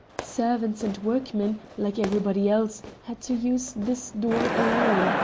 servants and workmen, like everybody else, had to use this door alone,